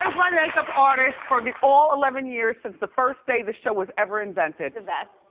my makeup artist for the all eleven years, since the first day the show was ever invented. the best.